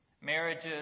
Marriages